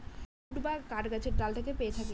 would বা কাঠ গাছের ডাল থেকে পেয়ে থাকি